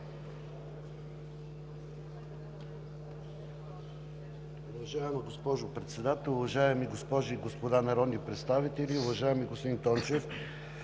Уважаема госпожо Председател, уважаеми госпожи и господа народни представители! Уважаеми господин Тимчев,